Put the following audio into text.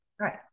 right